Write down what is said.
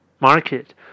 market